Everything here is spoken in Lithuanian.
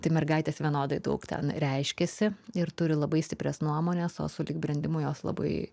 tai mergaitės vienodai daug ten reiškiasi ir turi labai stiprias nuomones o sulig brendimu jos labai